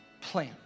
plan